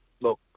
Look